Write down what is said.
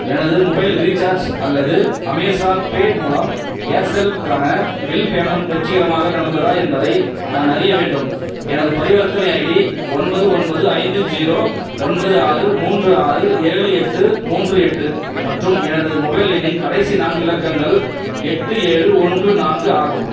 எனது mobile recharge அல்லது Amazon pay மூலம் ஏர்செல்க்கான பில் பேமெண்ட் வெற்றிகரமாக நடந்ததா என்பதை நான் அறிய வேண்டும் எனது பரிவர்த்தனை ஐடி ஒன்பது ஒன்பது ஐந்து ஜீரோ ஒன்பது ஆறு மூன்று ஆறு ஏழு எட்டு மூன்று எட்டு மற்றும் எனது மொபைல் எண்ணின் கடைசி நான்கு இலக்கங்கள் எட்டு ஏழு ஒன்று நான்கு ஆகும்